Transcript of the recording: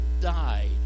died